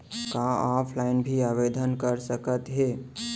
का ऑफलाइन भी आवदेन कर सकत हे?